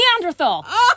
Neanderthal